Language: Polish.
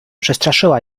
przestraszyła